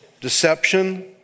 deception